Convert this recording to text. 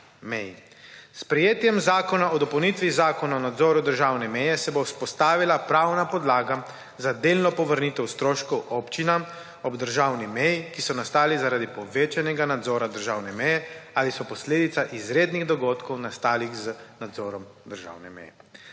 S sprejetjem zakona o dopolnitvi zakona o nadzoru državne meje se bo vzpostavila pravna podlaga za delno povrnitev stroškov občinam ob državni meji, ki so nastali zaradi povečanega nadzora državne meje ali so posledica izrednih dogodkov, nastalih z nadzorom državne meje.